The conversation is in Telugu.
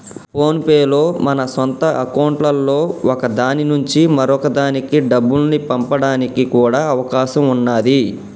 ఫోన్ పే లో మన సొంత అకౌంట్లలో ఒక దాని నుంచి మరొక దానికి డబ్బుల్ని పంపడానికి కూడా అవకాశం ఉన్నాది